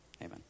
Amen